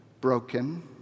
broken